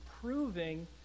proving